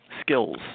skills